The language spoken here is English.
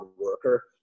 worker